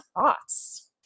thoughts